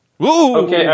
Okay